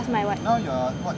how's my what